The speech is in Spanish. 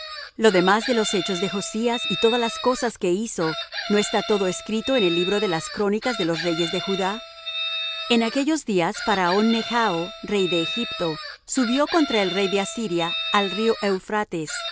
lo demás de los hechos de josías y todas las cosas que hizo no está todo escrito en el libro de las crónicas de los reyes de judá en aquellos días faraón necho rey de egipto subió contra el rey de asiria al río eufrates